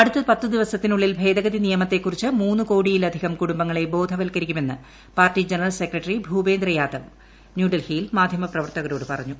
അടുത്ത പത്ത് ദിവസത്തിനുള്ളിൽ ഭേദഗതി നിയമത്തെക്കുറിച്ച് മൂന്ന് കോടിയിലധികം കുടുംബങ്ങളെ ബോധവത്കരിക്കുമെന്ന് പാർട്ടി ജനറൽ സെക്രട്ടറി ഭൂപേന്ദ്ര യാദവ് ന്യൂഡൽഹിയിൽ മാധ്യമപ്രവർത്തകരോട് പറഞ്ഞു